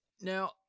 Now